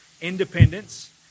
independence